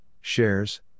shares